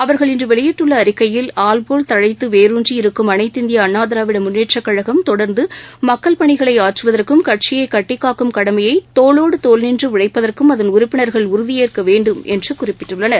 அவர்கள் இன்று வெளியிட்டுள்ள அறிக்கையில் ஆல்போல் தழைத்து வேருன்றி இருக்கும் அனைத்திந்திய அன்ணா திராவிட முன்னேற்றக் கழகம் தொடர்ந்து மக்கள் பணிகளை ஆற்றுவதற்கும் கட்சியை கட்டிக்காக்கும் கடமையை தோளோடு தோள் நின்று உழைப்பதற்கும் அதன் உறுப்பினர்கள் உறுதியேற்க வேண்டும் என்று குறிப்பிட்டுள்ளனர்